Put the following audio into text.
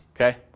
Okay